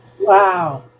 Wow